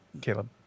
Caleb